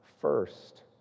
first